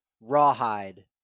Rawhide